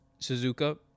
Suzuka